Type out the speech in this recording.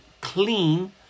clean